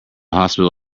hospital